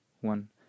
one